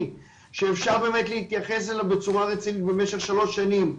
שאפשר באמת להתייחס אליו בצורה רצינית במשך שלוש שנים,